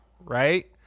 Right